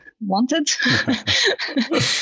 wanted